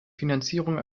finanzierung